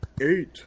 eight